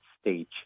stage